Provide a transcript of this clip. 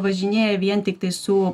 važinėja vien tiktai su